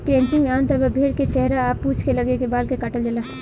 crutching में आमतौर पर भेड़ के चेहरा आ पूंछ के लगे के बाल के काटल जाला